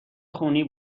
خونی